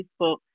Facebook